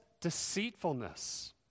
deceitfulness